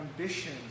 ambition